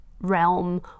realm